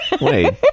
Wait